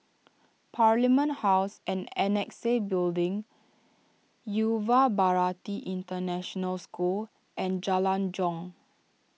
Parliament House and Annexe Building Yuva Bharati International School and Jalan Jong